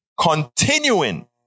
continuing